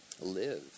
live